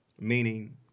Meaning